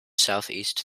southeast